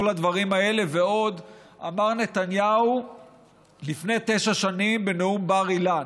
את כל הדברים האלה ועוד אמר נתניהו לפני תשע שנים בנאום בר אילן.